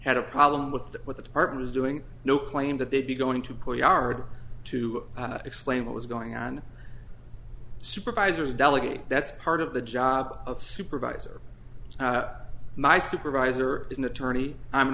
had a problem with that what the department was doing no claim that they'd be going to court yard to explain what was going on supervisor's delegate that's part of the job of a supervisor my supervisor is an attorney i'm an